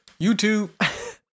youtube